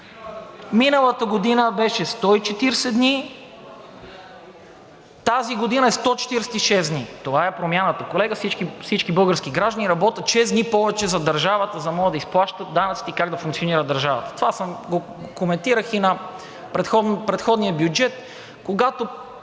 Миналата година беше 140 дни, тази година е 146 дни. Това е промяната, колеги, всички български граждани работят шест дни повече за държавата, за да могат да изплащат данъците и как да функционира държавата. Това го коментирах и на предходния бюджет, когато